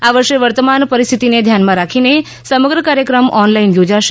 આ વર્ષે વર્તમાન પરિસ્થિતિને ધ્યાનમાં રાખીને સમગ્ર કાર્યક્રમ ઓનલાઈન યોજાશે